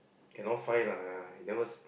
cannot find lah you never